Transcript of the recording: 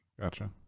Gotcha